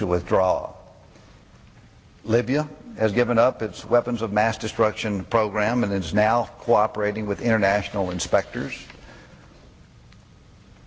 to withdraw libya has given up its weapons of mass destruction program and is now cooperating with international inspectors